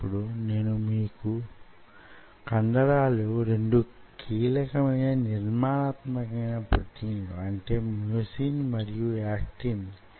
సరే మన దగ్గర కల్చర్ లో కండరాల కణాలు వున్నాయి వానిని మన కల్చర్ లొ ఉపయోగిద్దామనుకుంటున్నామా